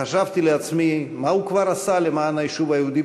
חשבתי לעצמי: מה הוא כבר עשה למען היישוב היהודי